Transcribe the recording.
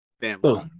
family